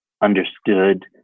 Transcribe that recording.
understood